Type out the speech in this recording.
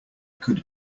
could